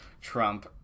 Trump